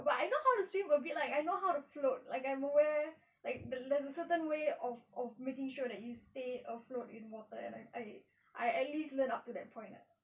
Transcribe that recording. but I know how to swim a bit like I know how to float like I'm aware like there's a certain way of of making sure that you stay afloat in water and I I at least learn up to that point ah